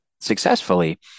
successfully